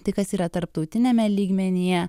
tai kas yra tarptautiniame lygmenyje